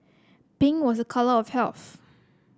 pink was a colour of health